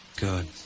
good